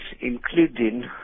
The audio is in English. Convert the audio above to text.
including